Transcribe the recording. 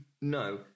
no